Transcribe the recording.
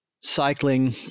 cycling